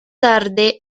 tarde